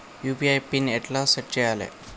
UPI PIN ఎట్లా set చేయాలే?